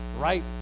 right